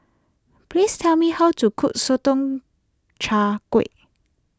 please tell me how to cook Sotong Char Kway